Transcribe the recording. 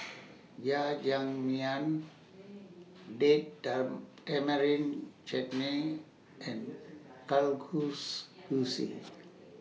Jajangmyeon Date Tamarind Chutney and